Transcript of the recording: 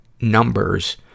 numbers